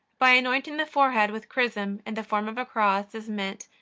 by anointing the forehead with chrism in the form of a cross is meant,